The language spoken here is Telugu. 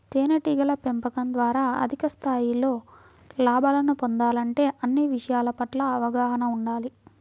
తేనెటీగల పెంపకం ద్వారా అధిక స్థాయిలో లాభాలను పొందాలంటే అన్ని విషయాల పట్ల అవగాహన ఉండాలి